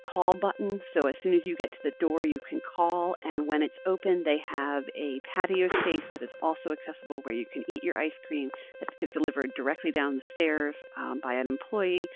call button so, as soon as you get to the door, you can call. and when it's open, they have a patio space that is also accessible where you can eat your ice cream that's delivered directly down the stairs by an employee.